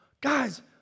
Guys